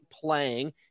playing